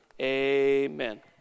Amen